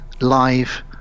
live